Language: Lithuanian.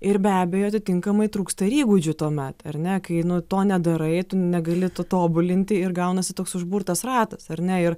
ir be abejo atitinkamai trūksta ir įgūdžių tuomet ar ne kai nu to nedarai tu negali to tobulinti ir gaunasi toks užburtas ratas ar ne ir